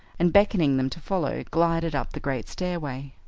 and beckoning them to follow glided up the great stairway.